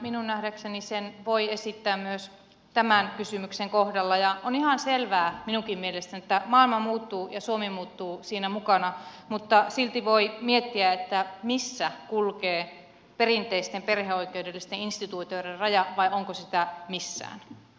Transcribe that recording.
minun nähdäkseni sen voi esittää myös tämän kysymyksen kohdalla ja on ihan selvää minunkin mielestäni että maailma muuttuu ja suomi muuttuu siinä mukana mutta silti voi miettiä missä kulkee perinteisten perheoikeudellisten instituutioiden raja vai onko sitä missään